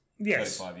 Yes